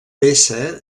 vessa